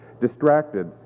distracted